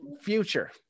future